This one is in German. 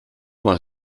mal